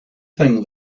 things